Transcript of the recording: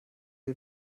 wir